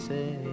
Say